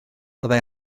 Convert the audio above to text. byddai